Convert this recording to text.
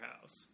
house